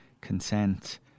consent